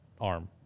arm